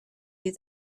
you